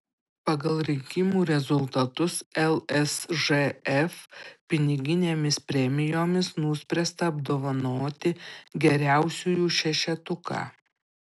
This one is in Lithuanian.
pagal rinkimų rezultatus lsžf piniginėmis premijomis nuspręsta apdovanoti geriausiųjų šešetuką